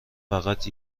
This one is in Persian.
فقط